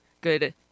good